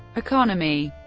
economy